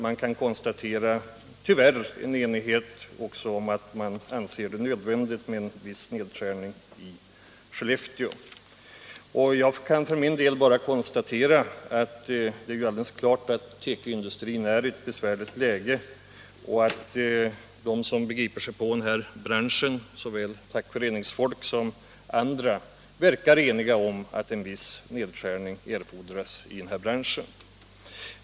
Man kan också, tyvärr, konstatera enighet om nödvändigheten av viss nedskärning i Skellefteå. Jag kan för min del bara konstatera att det är alldeles klart att tekoindustrin är i ett besvärligt läge och att de som begriper sig på denna bransch, såväl fackföreningsfolk som andra, verkar eniga om att viss nedskärning erfordras i branschen.